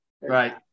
right